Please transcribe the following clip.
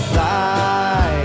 Fly